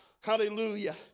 Hallelujah